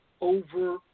over –